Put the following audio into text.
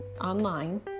online